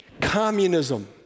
Communism